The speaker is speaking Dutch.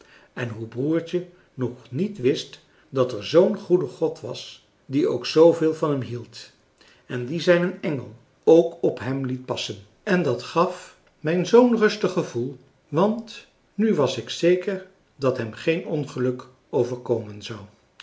en hoe broertje nog niet wist dat er zoo'n goede god was die ook zooveel van hem hield en die zijnen engel ook op hem liet passen en dat gaf mij zoo'n rustig gevoel want nu was ik zeker dat hem geen ongeluk overkomen zou